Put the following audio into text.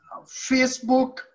Facebook